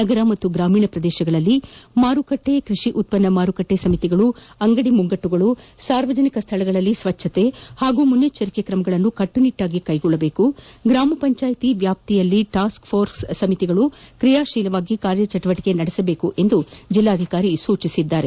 ನಗರ ಹಾಗೂ ಗ್ರಾಮೀಣ ಪ್ರದೇಶಗಳಲ್ಲಿ ಮಾರುಕಟ್ಟೆ ಕೃಷಿ ಉತ್ಪನ್ನ ಮಾರುಕಟ್ಟೆ ಸಮಿತಿಗಳು ಅಂಗದಿ ಮುಂಗಟ್ಟುಗಳು ಸಾರ್ವಜನಿಕ ಸ್ಥಳಗಳಲ್ಲಿ ಸ್ವಚ್ಚತೆ ಹಾಗೂ ಮುಂಜಾಗ್ರತಾ ಕ್ರಮಗಳನ್ನು ಕಟ್ಟುನಿಟ್ಟಾಗಿ ಕೈಗೊಳ್ಳಬೇಕುಗ್ರಾಮ ಪಂಚಾಯಿತಿ ವ್ಯಾಪ್ತಿಯಲ್ಲಿ ಟಾಸ್ಕ್ಪೋರ್ಸ್ ಸಮಿತಿಗಳು ಕ್ರಿಯಾಶೀಲವಾಗಿ ಕಾರ್ಯಚಟುವಟಿಕೆಗಳನ್ನು ನಡೆಸಬೇಕು ಎಂದು ಜಿಲ್ಲಾಧಿಕಾರಿ ಸೂಚಿಸಿದರು